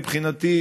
מבחינתי,